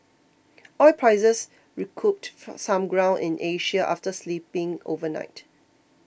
oil prices recouped some ground in Asia after slipping overnight